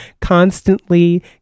constantly